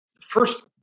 First